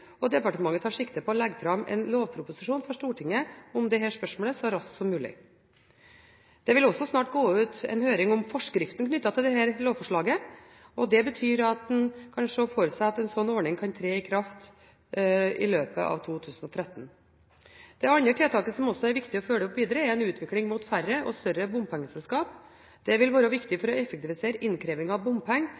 og departementet tar sikte på å legge fram en lovproposisjon for Stortinget om dette spørsmålet så raskt som mulig. Det vil også snart gå ut en høring om forskriften knyttet til dette lovforslaget, og det betyr at en kan se for seg at en slik ordning kan tre i kraft i løpet av 2013. Det andre tiltaket som også er viktig å følge opp videre, er en utvikling mot færre og større bompengeselskap. Det vil være viktig for å effektivisere innkreving av bompenger